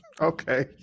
Okay